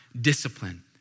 discipline